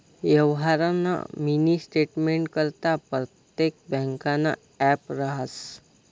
यवहारना मिनी स्टेटमेंटकरता परतेक ब्यांकनं ॲप रहास